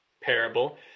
parable